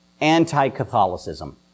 anti-Catholicism